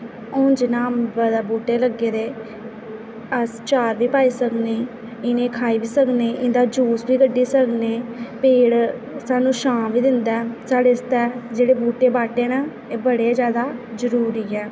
हून जियां अंबें दे बूहटे लगे दे अस चार बी पाई सकने इ'नें गी खाई बी सकने इंदा यूस बी कड्ढी सकने पेड़ सानूं छां बी दिंदा साढ़े आस्तै जेह्ड़ा बूहटे बाहटे न एह् बड़े ज्यादा जरूरी ऐ